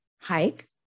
hike